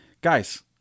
guys